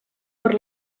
per